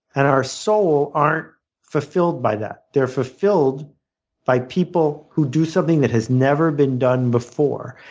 and our soul aren't fulfilled by that. they're fulfilled by people who do something that has never been done before.